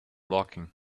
blocking